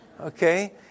Okay